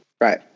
Right